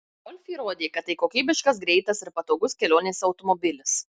golf įrodė kad tai kokybiškas greitas ir patogus kelionėse automobilis